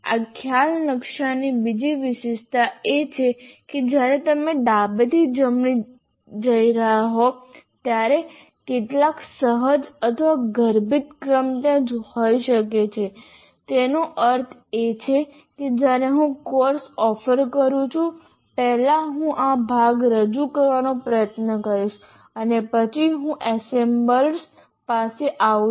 આ ખ્યાલ નકશાની બીજી વિશેષતા એ છે કે જ્યારે તમે ડાબેથી જમણે જઈ રહ્યા હોવ ત્યારે કેટલાક સહજ અથવા ગર્ભિત ક્રમ ત્યાં હોઈ શકે છે તેનો અર્થ એ છે કે જ્યારે હું કોર્સ ઓફર કરું છું પહેલા હું આ ભાગ રજૂ કરવાનો પ્રયત્ન કરીશ અને પછી હું એસેમ્બલર્સ પાસે આવું છું